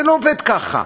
זה לא עובד ככה.